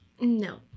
No